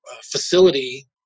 facility